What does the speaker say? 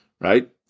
right